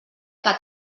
que